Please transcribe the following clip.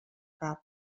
cap